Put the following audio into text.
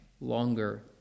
longer